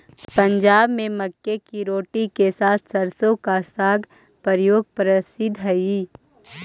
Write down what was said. पंजाब में मक्के की रोटी के साथ सरसों का साग का प्रयोग प्रसिद्ध हई